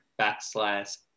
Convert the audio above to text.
backslash